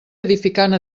edificant